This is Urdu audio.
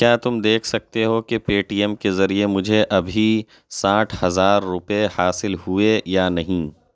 کیا تم دیکھ سکتے ہو کہ پے ٹی ایم کے ذریعے مجھے ابھی ساٹھ ہزار روپے حاصل ہوئے یا نہیں